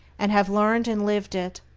and have learned and lived it.